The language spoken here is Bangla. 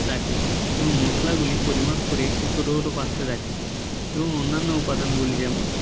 রাখি এবং মশলাগুলি পরিমাপ করে একটি ছোটো ছোটো পাত্রে রাখি এবং অন্যান্য উপাদানগুলি যেমন